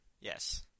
Yes